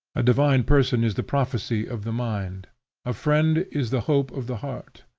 a divine person is the prophecy of the mind a friend is the hope of the heart.